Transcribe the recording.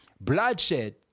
bloodshed